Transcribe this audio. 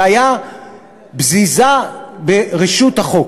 זו הייתה בזיזה ברשות החוק.